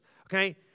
Okay